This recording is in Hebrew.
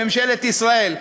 לממשלת ישראל,